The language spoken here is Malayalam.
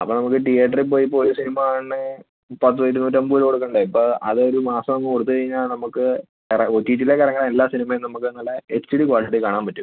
അപ്പോൾ നമുക്ക് തീയേറ്ററിൽ പോയി ഇപ്പം ഒരു സിനിമ കാണണമെങ്കിൽ പത്ത് ഇരുനൂറ്റമ്പത് രൂപ കൊടുക്കേണ്ടേ ഇപ്പോൾ അതൊരു മാസം അങ്ങ് കൊടുത്ത് കഴിഞ്ഞാൽ നമുക്ക് വേറെ ഒ ടി ടിയിലേക്ക് ഇറങ്ങുന്ന എല്ലാ സിനിമയും നമുക്ക് നല്ല എച്ച് ഡി ക്വാളിറ്റി കാണാൻ പറ്റും